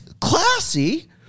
classy